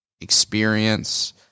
experience